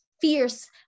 fierce